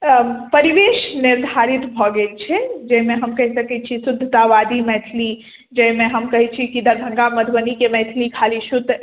परिवेश निर्धारित भऽ गेल छै जाहिमे हम कहि सकैत छियै शुद्धता वादी मैथिली जाहिमे हम कहैत छियै कि दरभङ्गा मधुबनीके मैथिली खाली शुद्ध अछि